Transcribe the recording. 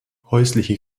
häusliche